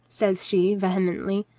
says she vehemently,